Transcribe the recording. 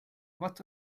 what